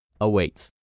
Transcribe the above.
awaits